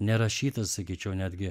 nerašytas sakyčiau netgi